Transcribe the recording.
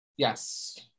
Yes